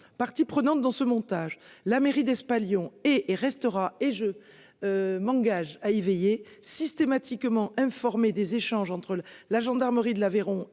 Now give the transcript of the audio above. partie prenante dans ce montage la mairie d'espalier on est et restera et je. M'engage à éveiller systématiquement informé des échanges entre le, la gendarmerie de l'Aveyron et le maître